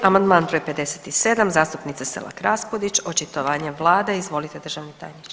Amandman br. 57. zastupnice Selak Raspudić, očitovanje vlade, izvolite državni tajniče.